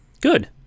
Good